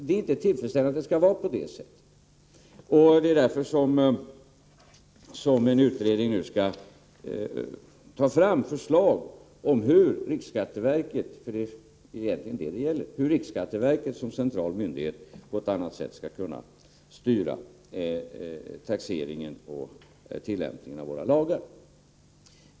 Det är inte tillfredsställande att det är på det sättet. Det är därför som en utredning nu skall ta fram förslag om hur riksskatteverket som central myndighet — det är egentligen detta det är fråga om — på ett annat sätt skall kunna styra taxeringen och tillämpningen av våra lagar.